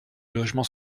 logement